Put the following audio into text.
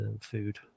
food